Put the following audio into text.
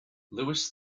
louis